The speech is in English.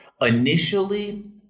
initially